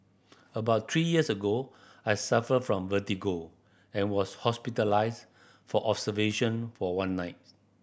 about three years ago I suffered from vertigo and was hospitalised for observation for one night